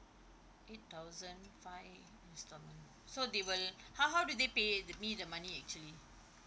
eight thousand five installment so they will how how do they pay the me the money actually